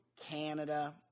Canada